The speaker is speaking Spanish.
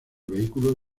vehículo